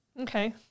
Okay